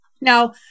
Now